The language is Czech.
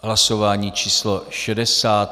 Hlasování číslo 60.